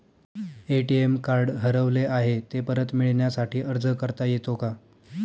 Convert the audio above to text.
ATM card हरवले आहे, ते परत मिळण्यासाठी अर्ज करता येतो का?